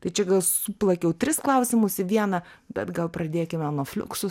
tai čia gal suplakiau tris klausimus į vieną bet gal pradėkime nuo fliuksus